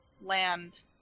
land